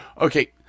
okay